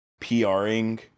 pring